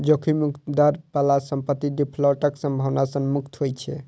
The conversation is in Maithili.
जोखिम मुक्त दर बला संपत्ति डिफॉल्टक संभावना सं मुक्त होइ छै